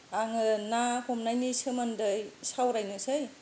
आङो ना हमनायनि सोमोन्दै सावरायनोसै